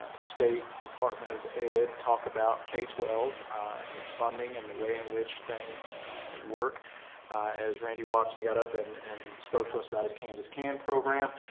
state department of ed talk about k twelve and its funding and the way in which things work as randy watson got up and and spoke to us about his kansas can program.